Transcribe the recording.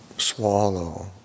swallow